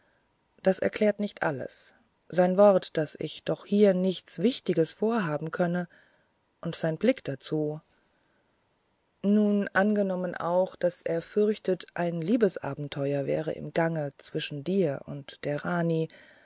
das erklärt nicht alles sein wort daß ich doch hier nichts wichtiges vorhaben könne und sein blick dazu nun angenommen auch daß er fürchtet ein liebesabenteuer wäre im gange zwischen dir und der rani